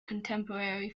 contemporary